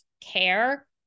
care